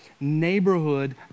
neighborhood